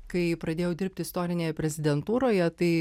kai pradėjau dirbti istorinėje prezidentūroje tai